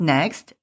Next